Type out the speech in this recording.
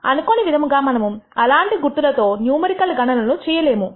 అనుకోని విధంగా మనము అలాంటి గుర్తులతో న్యూమరికల్ గణన లను చేయలేము